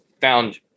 found